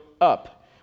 up